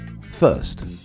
First